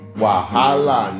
wahala